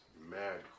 mad